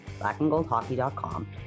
blackandgoldhockey.com